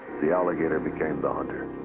the alligator became the hunter.